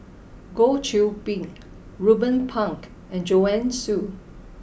Goh Qiu Bin Ruben Pang and Joanne Soo